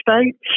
States